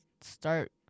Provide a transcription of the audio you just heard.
start